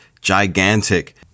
gigantic